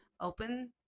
open